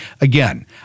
Again